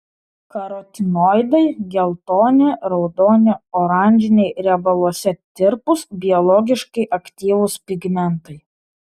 karotinoidai geltoni raudoni oranžiniai riebaluose tirpūs biologiškai aktyvūs pigmentai